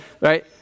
right